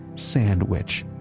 sandwich,